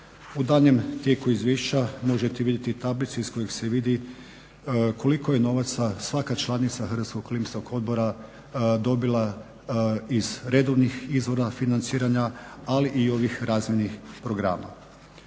U daljnjem tijeku izvješća možete vidjeti tablice iz kojih se vidi koliko je novaca svaka članica HOO-a dobila iz redovnih izvora financiranja, ali i ovih razvojnih programa.